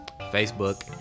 Facebook